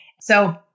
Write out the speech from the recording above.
So-